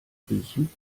riechen